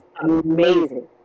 amazing